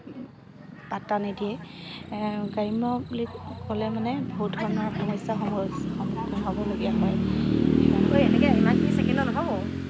পাট্টা নিদিয়ে গ্ৰাম্য বুলি ক'লে মানে বহুত ধৰণৰ সমস্যা সহজ সন্মুখীন হ'বলগীয়া হয়